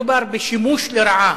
מדובר בשימוש לרעה